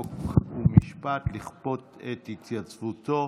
חוק ומשפט לכפות את התייצבותו,